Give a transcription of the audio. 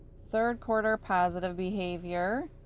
third quarter positive behavior,